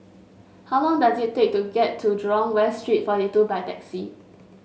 how long does it take to get to Jurong West Street forty two by taxi